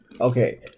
okay